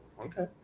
Okay